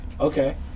Okay